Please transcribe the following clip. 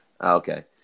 Okay